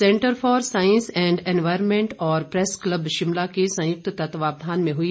centre for साईस and environment और press club Shimla के संयुक्त तत्वावधान में हुई